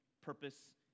purpose